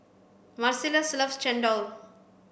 marcellus loves chendol